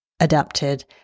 adapted